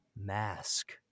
mask